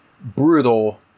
brutal